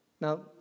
Now